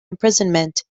imprisonment